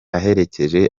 aherekeje